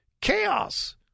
chaos